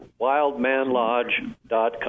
wildmanlodge.com